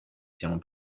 siamo